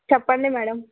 చెప్పండి మ్యాడమ్